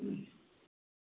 उम्